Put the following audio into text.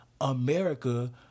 America